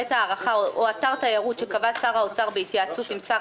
בית הארחה או אתר תיירות שקבע שר האוצר בהתייעצות עם שר